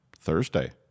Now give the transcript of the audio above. Thursday